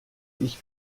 ich